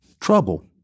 Trouble